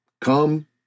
come